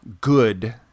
good